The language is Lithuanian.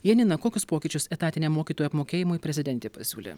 janina kokius pokyčius etatiniam mokytojų apmokėjimui prezidentė pasiūlė